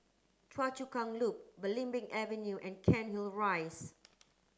Choa Chu Kang Loop Belimbing Avenue and Cairnhill Rise